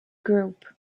group